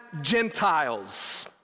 Gentiles